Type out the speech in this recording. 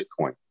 Bitcoin